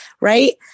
right